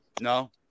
No